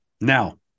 Now